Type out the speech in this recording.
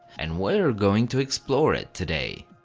and we're going to explore it today.